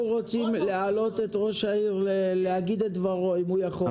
אנחנו רוצים להעלות את ראש העיר להגיד את דברו אם הוא יכול,